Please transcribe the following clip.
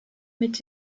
mit